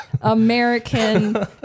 american